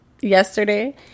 yesterday